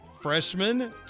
freshman